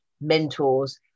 mentors